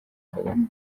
kagame